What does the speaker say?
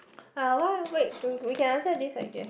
uh why wait we we can answer this I guess